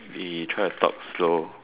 you try to talk slow